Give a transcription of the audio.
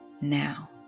now